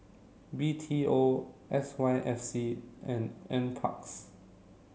B T O S Y F C and NPARKS